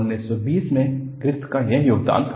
1920 में ग्रिफ़िथ का यह योगदान था